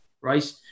right